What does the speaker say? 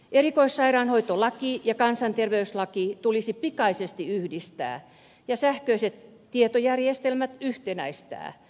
erikoissairaanhoitolaki ja kansanterveyslaki tulisi pikaisesti yhdistää ja sähköiset tietojärjestelmät yhtenäistää